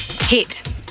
Hit